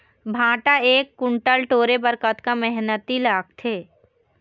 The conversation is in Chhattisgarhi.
भांटा एक कुन्टल टोरे बर कतका मेहनती लागथे?